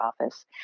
office